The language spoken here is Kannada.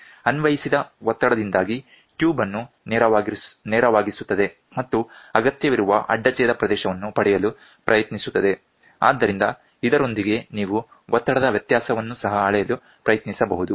ಅನ್ವಯಿಸಿದ ಒತ್ತಡದಿಂದಾಗಿ ಟ್ಯೂಬ್ ಅನ್ನು ನೇರವಾಗಿಸುತ್ತದೆ ಮತ್ತು ಅಗತ್ಯವಿರುವ ಅಡ್ಡ ಛೇದ ಪ್ರದೇಶವನ್ನು ಪಡೆಯಲು ಪ್ರಯತ್ನಿಸುತ್ತದೆ ಆದ್ದರಿಂದ ಇದರೊಂದಿಗೆ ನೀವು ಒತ್ತಡದ ವ್ಯತ್ಯಾಸವನ್ನು ಸಹ ಅಳೆಯಲು ಪ್ರಯತ್ನಿಸಬಹುದು